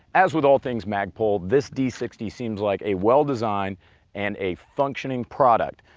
as with all things magpul this d sixty seems like a well-designed and a functioning product.